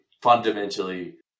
fundamentally